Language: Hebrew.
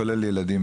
גדולים.